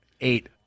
Eight